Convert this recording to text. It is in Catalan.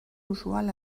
usual